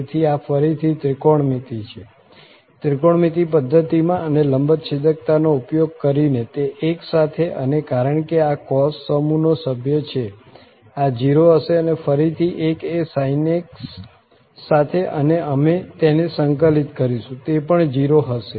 તેથી આ ફરીથી ત્રિકોણમિતિ છે ત્રિકોણમિતિ પધ્ધતિમાંથી અને લંબચ્છેદકતાનો ઉપયોગ કરીને તે 1 સાથે અને કારણ કે આ cos સમૂહનો સભ્ય છે આ 0 હશે ફરીથી 1 એ sinx સાથે અને અમે તેને સંકલિત કરીશું તે પણ 0 હશે